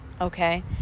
okay